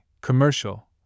commercial